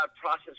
process